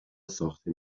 ساخته